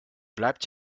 bleibt